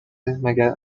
مگر